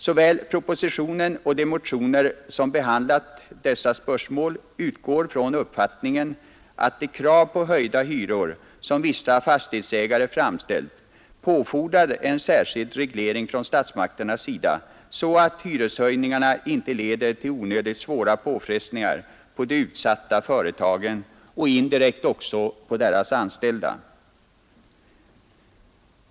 Såväl propositionen som de motioner vilka behandlat dessa spörsmål utgår från uppfattningen att de krav på höjda hyror som vissa fastighetsägare framställt påfordrar en särskild reglering från statsmakternas sida så att hyreshöjningarna inte leder till onödigt svåra påfrestningar för de utsatta företagen och indirekt för deras anställda.